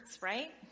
right